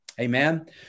Amen